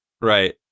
Right